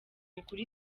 mikuru